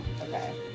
Okay